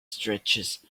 stretches